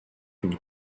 une